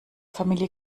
familie